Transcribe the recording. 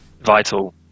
vital